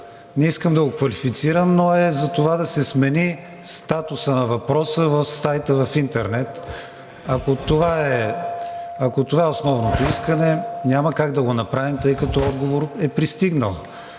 не искам да го квалифицирам, но е за това да се смени статусът на въпроса в сайта в интернет. Ако това е основното искане, няма как да го направим, тъй като отговор е пристигнал.